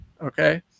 okay